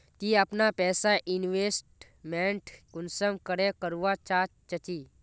ती अपना पैसा इन्वेस्टमेंट कुंसम करे करवा चाँ चची?